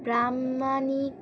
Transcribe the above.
প্রামাণিক